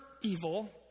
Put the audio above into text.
evil